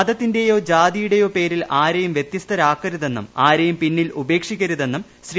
മതത്തിന്റേയോ ിജാതിയുടെയോ പേരിൽ ആരെയും വ്യത്യസ്തരാക്കരുതെന്നു പിന്നിൽ ഉപേക്ഷിക്കരുതെന്നും ശ്രീ